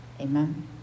Amen